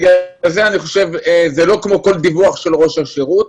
זה לא כמו כל דיווח של ראש השירות.